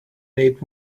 need